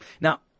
Now